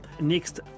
next